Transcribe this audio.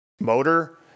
motor